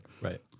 right